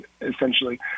essentially